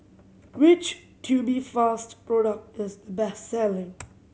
which Tubifast product is the best selling